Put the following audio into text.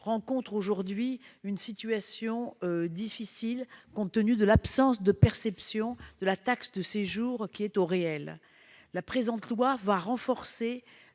rencontrent aujourd'hui une situation difficile, compte tenu de l'absence de perception de la taxe de séjour au réel. Le présent projet de loi va renforcer